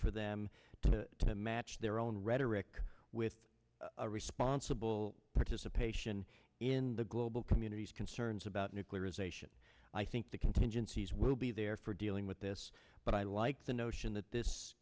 for them to to match their own rhetoric with a responsible participation in the global community's concerns about nuclearization i think the contingencies will be there for dealing with this but i like the notion that this